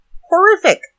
Horrific